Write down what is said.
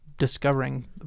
discovering